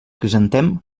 crisantem